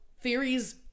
theories